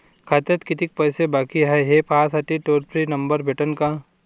खात्यात कितीकं पैसे बाकी हाय, हे पाहासाठी टोल फ्री नंबर भेटन का?